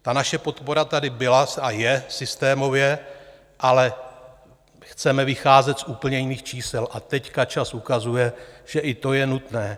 Ta naše podpora tady byla a je systémově, ale chceme vycházet z úplně jiných čísel, a teď čas ukazuje, že i to je nutné.